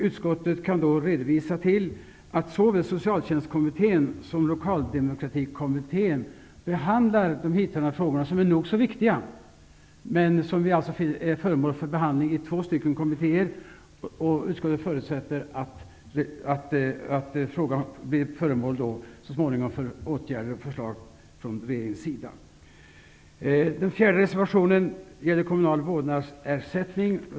Utskottet kan hänvisa till att såväl Lokaldemokratikommittén behandlar de hithörande frågorna som är nog så viktiga. De är alltså föremål för behandling i två kommittéer. Utskottet förutsätter att frågan så småningom blir föremål för förslag och åtgärder från regeringens sida. Reservation 4 gäller kommunal vårdnadsersättning.